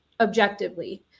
objectively